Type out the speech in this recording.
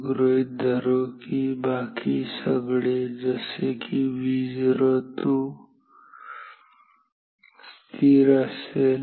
गृहीत धरू की बाकी सगळे जसे की Vo2 स्थिर असेल